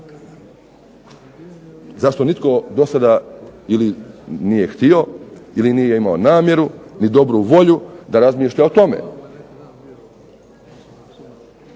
Zašto nitko do sada ili nije htio ili nije imao namjeru, ni dobru volju da razmišlja o tome,